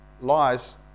lies